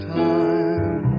time